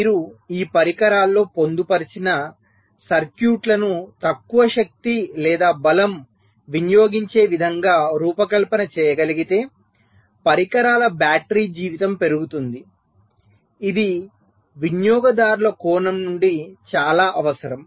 మీరు ఈ పరికరాల్లో పొందుపర్చిన సర్క్యూట్లను తక్కువ శక్తి లేదా బలం వినియోగించే విధంగా రూపకల్పన చేయగలిగితే పరికరాల బ్యాటరీ జీవితం పెరుగుతుంది ఇది వినియోగదారుల కోణం నుండి చాలా అవసరం